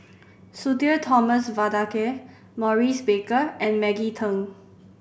Sudhir Thomas Vadaketh Maurice Baker and Maggie Teng